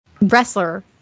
wrestler